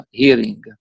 hearing